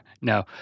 No